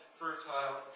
fertile